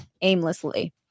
aimlessly